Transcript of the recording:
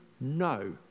No